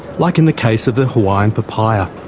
like in the case of the hawaiian papaya.